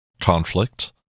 conflict